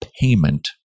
payment